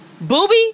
Booby